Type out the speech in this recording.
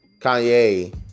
Kanye